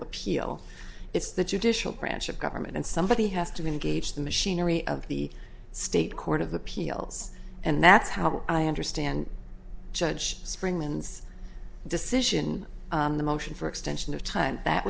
appeal it's the judicial branch of government and somebody has to engage the machinery of the state court of appeals and that's how i understand judge spring wins decision in the motion for extension of time that